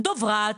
דוברת,